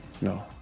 no